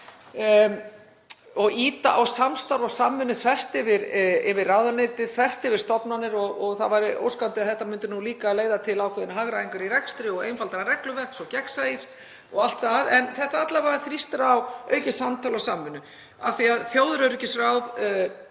og ýta á samstarf og samvinnu þvert yfir ráðuneyti, þvert yfir stofnanir, og það væri óskandi að þetta myndi nú líka leiða til ákveðinnar hagræðingar í rekstri og einfaldara regluverks og gegnsæis og allt það. En þetta þrýstir alla vega á aukið samtal og samvinnu af því að þjóðaröryggisráð